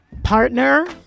Partner